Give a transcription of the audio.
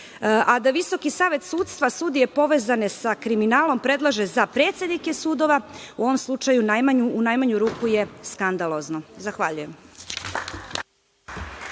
a da Visoki savet sudstva sudije povezane sa kriminalom predlaže za predsednike sudova, u ovom slučaju u najmanju ruku je skandalozno. Zahvaljujem.